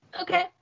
Okay